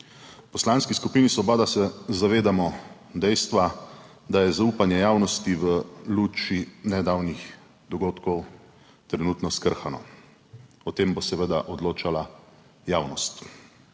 Poslanski skupini Svoboda se zavedamo dejstva, da je zaupanje javnosti v luči nedavnih dogodkov trenutno skrhano. O tem bo seveda odločala javnost.